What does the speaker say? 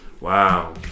Wow